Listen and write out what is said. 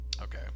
Okay